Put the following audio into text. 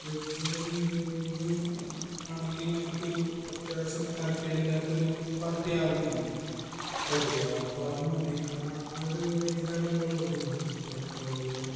വെജ്ജിനൊരു ഇരുന്നൂറും ആണെങ്കിൽ നമുക്കൊരു അത്യാവശ്യം തരക്കേടില്ലാത്തൊരു പാർട്ടിയാകുകയില്ലെ ഓക്കെ അപ്പോൾ അത് മതി ആ ഒരു റേഞ്ചിലാണ് നമ്മള് നോക്കുന്നത് അപ്പോൾ